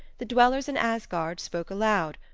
the dwellers in asgard spoke aloud,